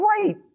great